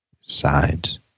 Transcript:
sides